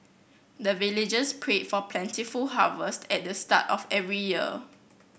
the villagers pray for plentiful harvest at the start of every year